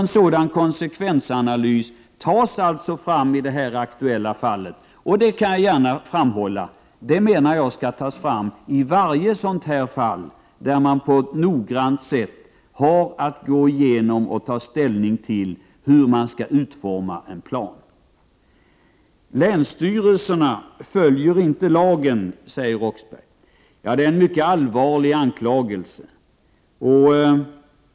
En sådan konsekvensanalys tas alltså fram i det här aktuella fallet. Jag vill gärna framhålla att jag menar att en sådan konsekvensanalys skall tas fram i varje sådant fall där man på ett noggrant sätt har att gå igenom och ta ställning till hur man skall utforma en plan. Länsstyrelserna följer inte lagen, säger Claes Roxbergh. Det är en mycket allvarlig anklagelse.